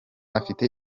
afite